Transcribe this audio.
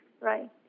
Right